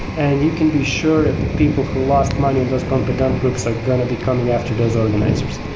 and you can be sure that the people who lost money and does pump and dump groups are going to be coming after those organizers.